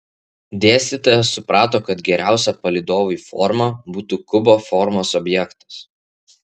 dėstytojas suprato kad geriausia palydovui forma būtų kubo formos objektas